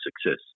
success